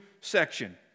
section